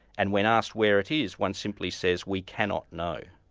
and when asked where it is, one simply says, we cannot know.